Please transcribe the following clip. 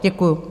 Děkuju.